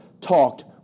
talked